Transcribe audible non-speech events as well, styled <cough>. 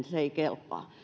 <unintelligible> se ei sitten kelpaa